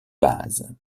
base